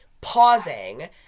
pausing